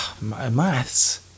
maths